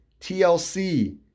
TLC